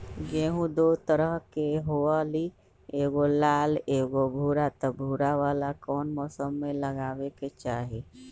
गेंहू दो तरह के होअ ली एगो लाल एगो भूरा त भूरा वाला कौन मौसम मे लगाबे के चाहि?